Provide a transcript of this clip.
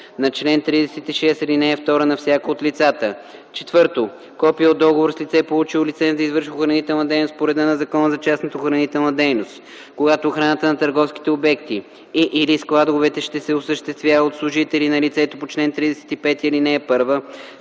на чл. 36, ал. 2 на всяко от лицата; 4. копие от договор с лице, получило лиценз да извършва охранителна дейност по реда на Закона за частната охранителна дейност; когато охраната на търговските обекти и/или складовете ще се осъществява от служители на лицето по чл. 35, ал. 1,